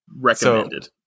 Recommended